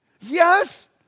Yes